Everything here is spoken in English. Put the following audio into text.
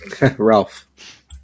Ralph